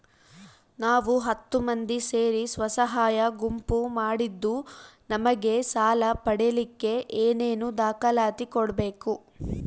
ನಾವು ಹತ್ತು ಮಂದಿ ಸೇರಿ ಸ್ವಸಹಾಯ ಗುಂಪು ಮಾಡಿದ್ದೂ ನಮಗೆ ಸಾಲ ಪಡೇಲಿಕ್ಕ ಏನೇನು ದಾಖಲಾತಿ ಕೊಡ್ಬೇಕು?